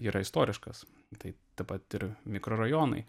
yra istoriškas tai taip pat ir mikrorajonai